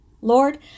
Lord